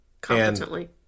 Competently